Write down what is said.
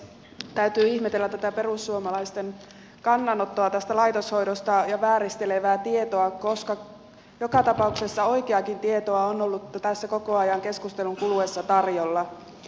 täytyy ihmetellä tätä perussuomalaisten kannanottoa tästä laitoshoidosta ja vääristelevää tietoa koska joka tapauksessa oikeaakin tietoa on ollut tässä koko ajan keskustelun kuluessa tarjolla